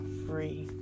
free